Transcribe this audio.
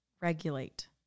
regulate